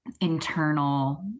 internal